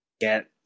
get